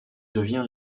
devient